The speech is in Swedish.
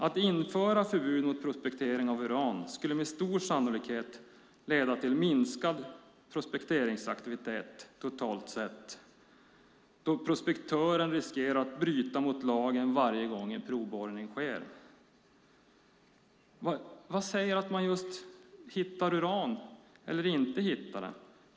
Att införa förbud mot prospektering av uran skulle med stor sannolikhet leda till minskad prospekteringsaktivitet totalt sett, då prospektören riskerar att bryta mot lagen varje gång en provborrning sker. Vad säger att man hittar eller inte hittar just uran?